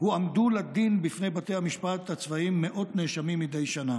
הועמדו לדין בפני בתי המשפט הצבאיים מאות נאשמים מדי שנה